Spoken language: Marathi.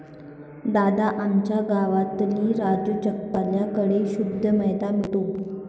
दादा, आमच्या गावातही राजू चक्की वाल्या कड़े शुद्ध मैदा मिळतो